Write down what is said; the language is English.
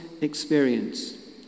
experience